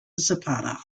zapata